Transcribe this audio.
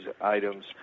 items